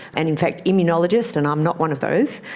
and in fact immunologists, and i'm not one of those,